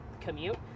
commute